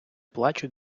плачу